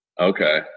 Okay